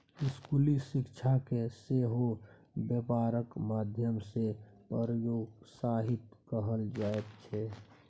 स्कूली शिक्षाकेँ सेहो बेपारक माध्यम सँ प्रोत्साहित कएल जाइत छै